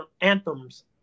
anthems